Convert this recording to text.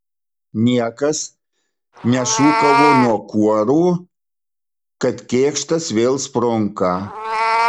niekas nešūkavo nuo kuorų kad kėkštas vėl sprunka